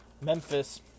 Memphis